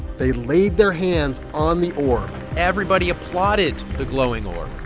they laid their hands on the orb everybody applauded the glowing orb.